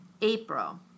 April